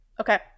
Okay